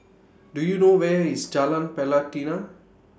Do YOU know Where IS Jalan Pelatina